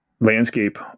landscape